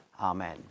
Amen